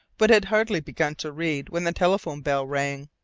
but had hardly begun to read when the telephone bell rang.